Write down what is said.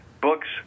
books